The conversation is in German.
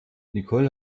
nicole